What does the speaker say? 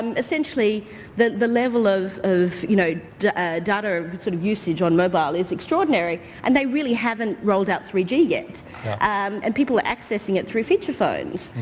um essentially the the level of of you know data sort of usage on mobile is extraordinary and they really haven't rolled up three g yet um and people are accessing it through feature phones.